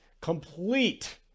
complete